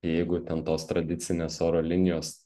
jeigu ten tos tradicinės oro linijos